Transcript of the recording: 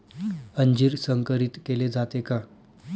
अंजीर संकरित केले जाते का?